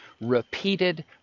repeated